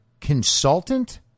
consultant